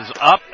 up